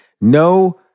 No